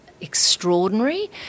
extraordinary